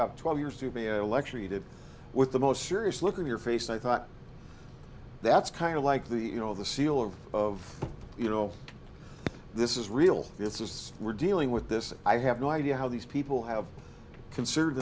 p twelve years to be a lecture you did with the most serious look at your face and i thought that's kind of like the you know the seal of you know this is real this is we're dealing with this i have no idea how these people have considered